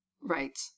Right